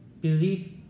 belief